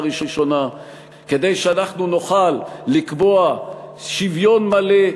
ראשונה כדי שאנחנו נוכל לקבוע שוויון מלא,